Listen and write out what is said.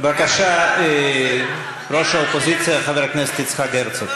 בבקשה, ראש האופוזיציה חבר הכנסת יצחק הרצוג.